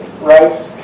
right